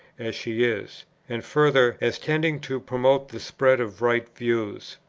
as she is and further, as tending to promote the spread of right views.